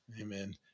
amen